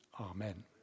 Amen